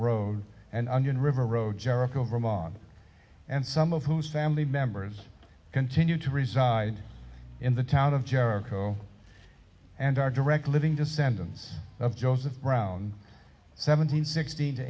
road and onion river road jericho vermont and some of whose family members continue to reside in the town of jericho and are direct living descendants of joseph brown seventeen sixteen